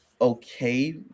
okay